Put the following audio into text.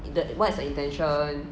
what is the intention